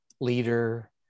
leader